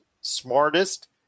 smartest